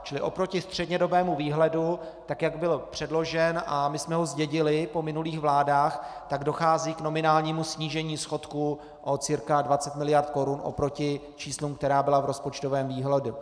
Čili oproti střednědobému výhledu, tak jak byl předložen a my jsme ho zdědili po minulých vládách, dochází k nominálnímu snížení schodku o cca 20 mld. korun oproti číslům, která byla v rozpočtovém výhledu.